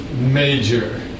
major